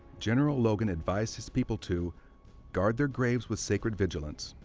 general logan advised his people to guard their graves with sacred vigilance,